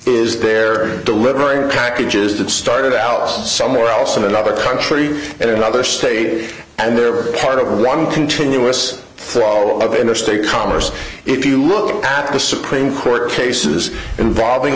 is there delivering packages that started out somewhere else in another country in another state and they're part of one continuous throw of interstate commerce if you look at the supreme court cases involving